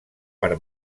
per